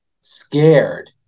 scared